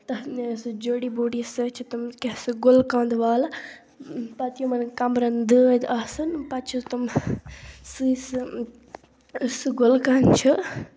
تَمہِ سُہ جیڈی بوٗٹی سۭتۍ چھِ تِم کیٚنٛہہ سُہ گُل قَنٛد والان پَتہٕ یِمَن کَمرَن دٲدۍ آسان پَتہٕ چھِ تِم سُے سُہ سُہ گُل قَنٛد چھُ